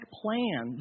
plan